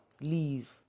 leave